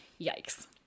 yikes